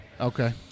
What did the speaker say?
Okay